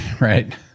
right